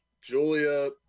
Julia